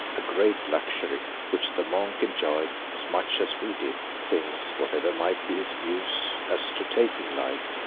a great luxury, which the monk enjoyed as much as we did, since, whatever might be his views as to taking life,